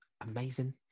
amazing